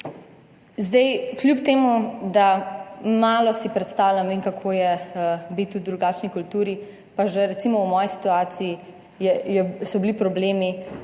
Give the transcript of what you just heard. Zdaj kljub temu, da malo si predstavljam, vem kako je biti v drugačni kulturi, pa že recimo v moji situaciji so bili problemi